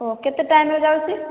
କେତେ ଟାଇମ୍ ରେ ଯାଉଛି